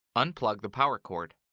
unplug the power cord.